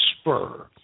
spur